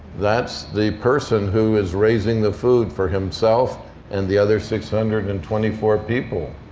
that's the person who is raising the food for himself and the other six hundred and twenty four people.